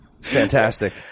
Fantastic